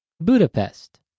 Budapest